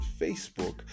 Facebook